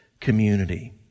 community